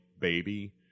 baby